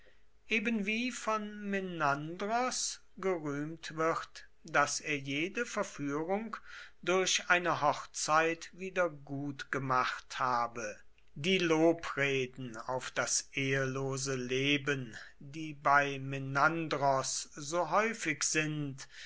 ebenwie von menandros gerühmt wird daß er jede verführung durch eine hochzeit wiedergutgemacht habe die lobreden auf das ehelose leben die bei menandros so häufig sind